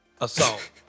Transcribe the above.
Assault